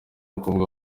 ukuvuga